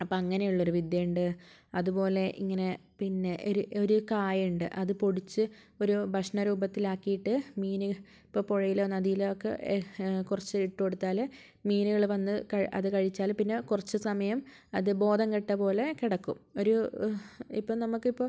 അപ്പം അങ്ങനെയുള്ളൊരു വിദ്യയുണ്ട് അതുപോലെ ഇങ്ങനെ പിന്നെ ഒരു ഒരു കായൊണ്ട് അതുപൊടിച്ച് ഒരു ഭക്ഷണ രൂപത്തിലാക്കീട്ട് മീന് ഇപ്പോൾ പുഴയിലോ നദിയിലൊക്കെ കുറച്ച് ഇട്ട് കൊടുത്താൽ മീനുകൾ വന്ന് അത് കഴിച്ചാൽ പിന്നെ കുറച്ച് കെടക്കും ഒരു ഇപ്പം നമുക്കിപ്പോൾ